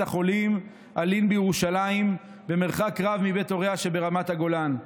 החולים אלי"ן בירושלים במרחק רב מבית הוריה שברמת הגולן.